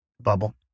bubble